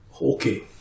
Okay